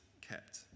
kept